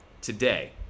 today